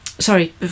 Sorry